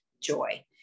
joy